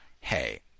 hey